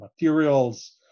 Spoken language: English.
materials